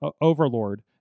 overlord